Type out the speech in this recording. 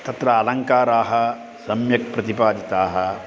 तत्र अलङ्काराः सम्यक् प्रतिपादिताः